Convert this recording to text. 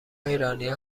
ایرانیها